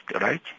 right